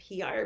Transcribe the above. PR